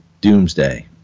Doomsday